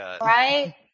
Right